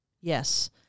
Yes